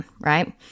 right